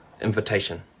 Invitation